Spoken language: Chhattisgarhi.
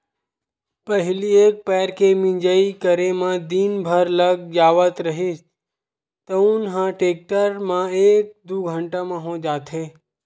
पहिली एक पैर के मिंजई करे म दिन भर लाग जावत रिहिस तउन ह टेक्टर म एक दू घंटा म हो जाथे